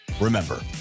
Remember